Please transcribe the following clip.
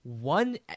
one